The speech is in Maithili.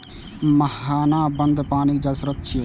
मुहाना बंद पानिक जल स्रोत छियै